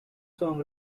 song